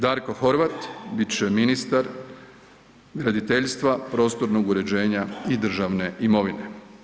Darko Horvat bit će ministar graditeljstva, prostornog uređenja i državne imovine.